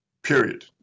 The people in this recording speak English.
period